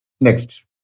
next